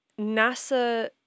NASA